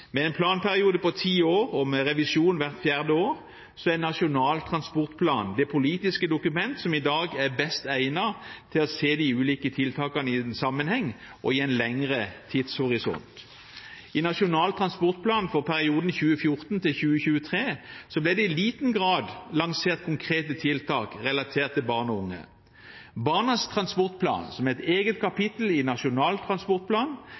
Med en planperiode på ti år og med revisjon hvert fjerde år er Nasjonal transportplan det politiske dokument som i dag er best egnet til å se de ulike tiltakene i en sammenheng og i en lengre tidshorisont. I Nasjonal transportplan for perioden 2014–2023 ble det i liten grad lansert konkrete tiltak relatert til barn og unge. Barnas transportplan som et eget kapittel i Nasjonal transportplan